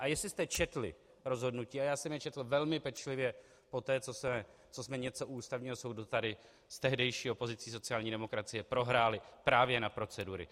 A jestli jste četli rozhodnutí, a já jsem je četl velmi pečlivě, poté co jsme něco u Ústavního soudu tady s tehdejší opozicí sociální demokracie prohráli právě na procedury.